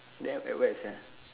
then at where sia